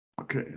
Okay